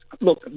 look